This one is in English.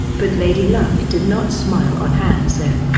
but lady luck did not smile on han sen,